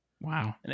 wow